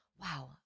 wow